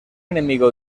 enemigo